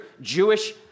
Jewish